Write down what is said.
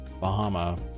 Bahama